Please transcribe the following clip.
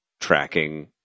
tracking